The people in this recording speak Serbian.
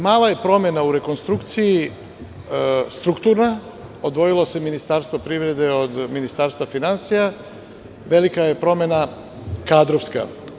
Mala je promena o rekonstrukciji strukturna, odvojilo se Ministarstvo privrede od Ministarstva finansija, velika je promena kadrovska.